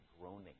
groaning